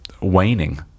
waning